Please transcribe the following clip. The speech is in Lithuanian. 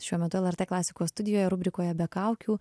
šiuo metu lrt klasikos studijoje rubrikoje be kaukių